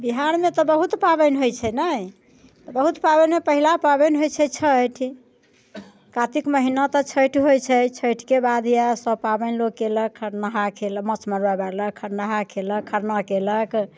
बिहारमे तऽ बहुत पाबनि होइत छै ने बहुत पाबनिमे पहिला पाबनि होइत छै छठि कार्तिक महिना तऽ छठि होइत अछि छठिके बाद इएह सभ पाबनि लोक नहाय कयलक खरना कयलक गाड़लक खरना कयलक खरना कयलक